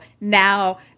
now